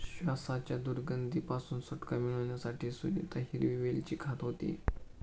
श्वासाच्या दुर्गंधी पासून सुटका मिळवण्यासाठी सुनीता हिरवी वेलची खात होती